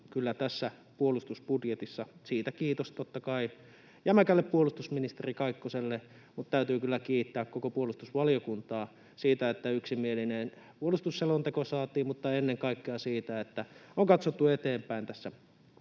kyllä tässä puolustusbudjetissa. Siitä kiitos, totta kai, jämäkälle puolustusministeri Kaikkoselle, mutta täytyy kyllä kiittää koko puolustusvaliokuntaa siitä, että yksimielinen puolustusselonteko saatiin, mutta ennen kaikkea siitä, että on katsottu eteenpäin tässä